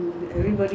then how